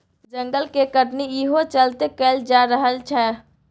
जंगल के कटनी इहो चलते कएल जा रहल छै